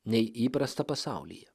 nei įprasta pasaulyje